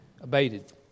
abated